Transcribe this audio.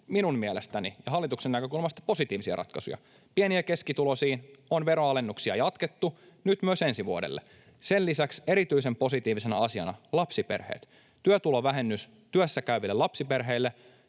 minun mielestäni ja hallituksen näkökulmasta, myös positiivisia ratkaisuja. Pieni- ja keskituloisiin kohdistuvia veronalennuksia on jatkettu myös ensi vuodelle. Sen lisäksi erityisen positiivisena asiana lapsiperheet: Työtulovähennys työssäkäyville lapsiperheille